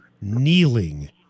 kneeling